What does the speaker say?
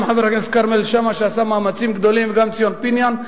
גם חבר הכנסת כרמל שאמה שעשה מאמצים גדולים וגם ציון פיניאן,